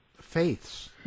faiths